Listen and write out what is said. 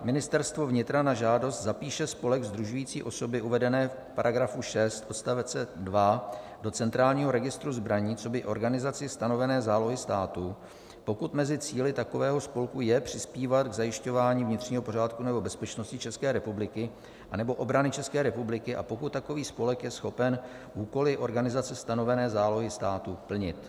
Ministerstvo vnitra na žádost zapíše spolek sdružující osoby uvedené v § 6 odst. 2 do centrálního registru zbraní coby organizaci stanovené zálohy státu, pokud mezi cíli takového spolku je přispívat k zajišťování vnitřního pořádku nebo bezpečnosti České republiky anebo obrany České republiky a pokud takový spolek je schopen úkoly organizace stanovené zálohy státu plnit.